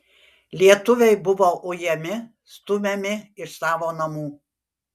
lietuviai buvo ujami stumiami iš savo namų